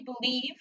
believe